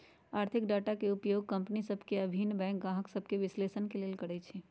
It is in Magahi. आर्थिक डाटा के उपयोग कंपनि सभ के आऽ भिन्न बैंक गाहक सभके विश्लेषण के लेल करइ छइ